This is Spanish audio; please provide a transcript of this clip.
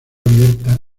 abierta